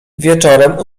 wieczorem